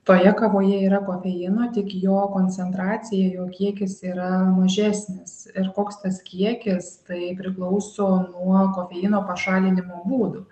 toje kavoje yra kofeino tik jo koncentracija jo kiekis yra mažesnis ir koks tas kiekis tai priklauso nuo kofeino pašalinimo būdų